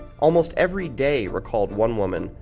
almost every day, recalled one woman.